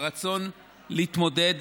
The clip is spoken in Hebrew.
ברצון להתמודד,